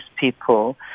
people